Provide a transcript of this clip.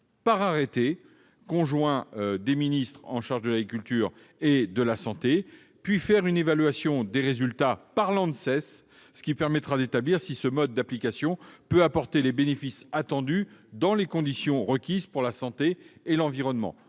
par arrêté conjoint du ministre de l'agriculture et du ministre de la santé, puis faire évaluer les résultats par l'ANSES. Cela permettra d'établir si ce mode d'application peut apporter les bénéfices attendus dans les conditions requises pour la santé et l'environnement.